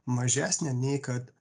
mažesnė nei kad